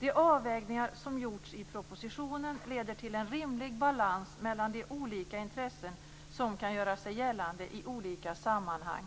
De avvägningar som gjorts i propositionen leder till en rimlig balans mellan de olika intressen som kan göra sig gällande i olika sammanhang.